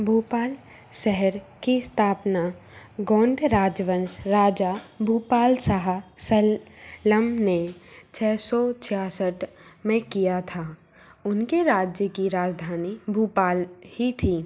भोपाल शहर की स्थापना गोंड राजवंश राजा भूपाल शाह सल्लम ने छः सौ छियासठ में किया था उनके राज्य की राजधानी भोपाल ही थी